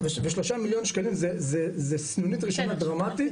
ו־3 מליון שקלים זה סנונית ראשונה דרמטית,